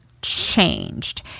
changed